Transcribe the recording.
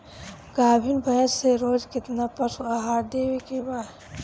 गाभीन भैंस के रोज कितना पशु आहार देवे के बा?